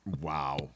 Wow